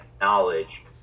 knowledge